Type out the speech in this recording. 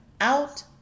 out